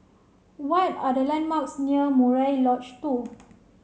what are the landmarks near Murai Lodge Two